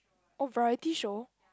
oh variety show